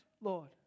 Lord